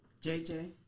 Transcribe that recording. JJ